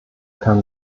kann